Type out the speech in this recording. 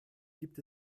gibt